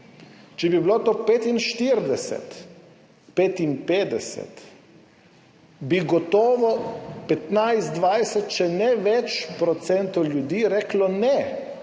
če bi bilo to 45, 55, bi gotovo 15, 20, če ne več procentov ljudi reklo, ne,